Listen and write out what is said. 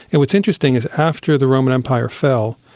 and what's interesting is after the roman empire fell,